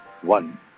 One